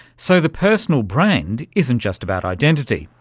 so the personal brand isn't just about identity,